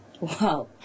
wow